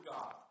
God